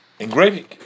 engraving